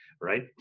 right